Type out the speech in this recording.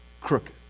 crooked